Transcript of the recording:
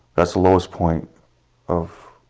that's the lowest point of